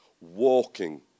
walking